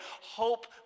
hope